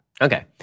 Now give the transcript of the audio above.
Okay